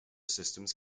systems